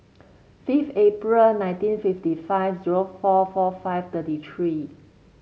five April nineteen fifty five zero four four five thirty three